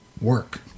work